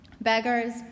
Beggars